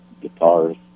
guitars